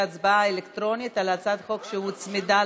הצבעה אלקטרונית על הצעת חוק שהוצמדה,